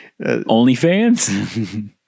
OnlyFans